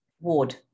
ward